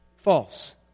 false